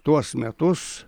tuos metus